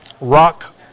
Rock